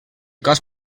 cos